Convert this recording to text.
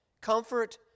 comfort